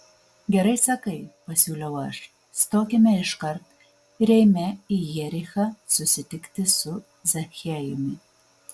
gerai sakai pasiūliau aš stokime iškart ir eime į jerichą susitikti su zachiejumi